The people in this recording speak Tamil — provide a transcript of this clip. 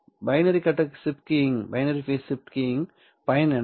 பைனரி கட்ட ஷிப்ட் கீயிங்கின் பயன் என்ன